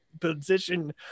position